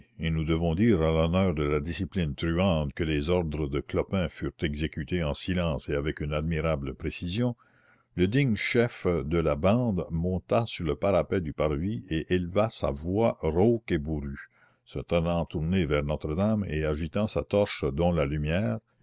et nous devons dire à l'honneur de la discipline truande que les ordres de clopin furent exécutés en silence et avec une admirable précision le digne chef de la bande monta sur le parapet du parvis et éleva sa voix rauque et bourrue se tenant tourné vers notre-dame et agitant sa torche dont la lumière